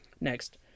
next